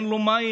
אין לו מים,